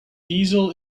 diesel